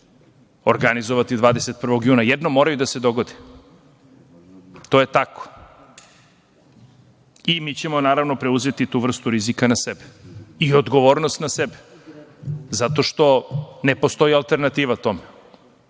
organizovati 21. juna. Jednom moraju da se dogode. To je tako. I naravno mi ćemo preuzeti tu vrstu rizika na sebe i odgovornost na sebe zato što ne postoji alternativa tome.